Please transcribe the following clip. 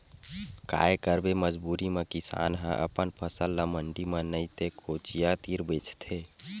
काये करबे मजबूरी म किसान ह अपन फसल ल मंडी म नइ ते कोचिया तीर बेचथे